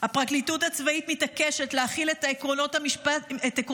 הפרקליטות הצבאית מתעקשת להחיל את עקרונות המשפט